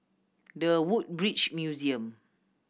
The Woodbridge Museum